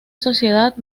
sociedad